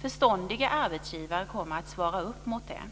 Förståndiga arbetsgivare kommer att svara upp mot det.